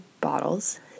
bottles